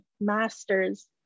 master's